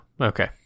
okay